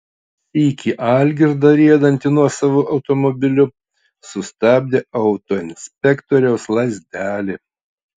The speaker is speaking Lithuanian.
sykį algirdą riedantį nuosavu automobiliu sustabdė autoinspektoriaus lazdelė